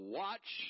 watch